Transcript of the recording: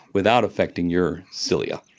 without affecting your cilia.